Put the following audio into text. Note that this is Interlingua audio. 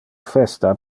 festa